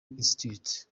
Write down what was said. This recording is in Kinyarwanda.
institute